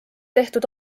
tehtud